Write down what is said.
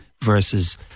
versus